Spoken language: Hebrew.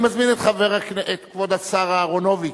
אני מזמין את כבוד השר אהרונוביץ,